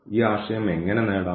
ഈ ആശയം എങ്ങനെ നേടാം